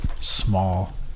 small